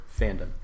fandom